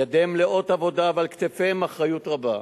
ידיהם מלאות עבודה ועל כתפיהם אחריות רבה.